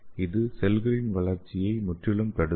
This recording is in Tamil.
இது செல்களின் வளர்ச்சியை முற்றிலும் தடுக்கும்